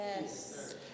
Yes